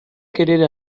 querer